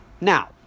Now